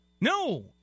no